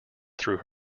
through